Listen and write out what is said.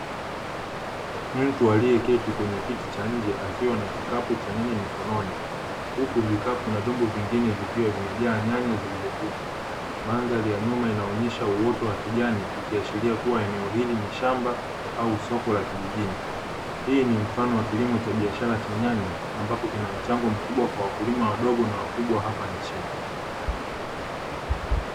Mtu aliyeketi kwenye kiti cha nje akiwa na kikapu cha nyanya mikononi huku vikapu na vyombo vingine vikiwa vimejaa nyanya zilizovunwa. Mandhari ya nyuma inaonyeha uoto wa kijani ikiashiria kuwa eneo hili ni shamba au soko la kijijini. Hii ni mfano wa kilomo cha biashara cha nyanya ambapo kinamchango mkubwa kwa wakulima wa dogo na wakubwa wa hapa nchini.